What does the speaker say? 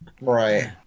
Right